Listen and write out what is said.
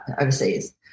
Overseas